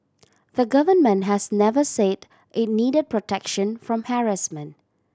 the Government has never said it needed protection from harassment